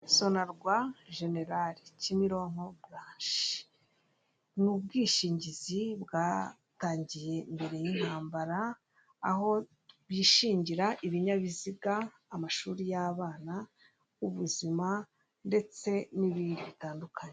Sonarwa jenerali Kimironko buranshi : ni ubwishingizi bwatangiye mbere y'intambara, aho bishingira ibinyabiziga, amashuri y'abana, ubuzima ndetse n'ibindi bitandukanye.